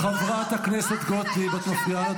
איימן עודה,